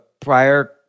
prior